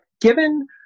given